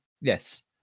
Yes